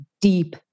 deep